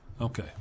Okay